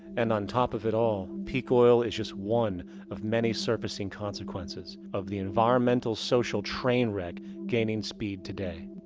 and on top of it all, peak oil is just one of many surfacing consequences of the environmental-social train wreck gaining speed today.